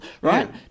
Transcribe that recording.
right